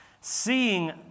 Seeing